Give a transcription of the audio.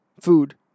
food